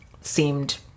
seemed